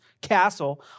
castle